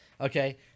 Okay